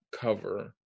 cover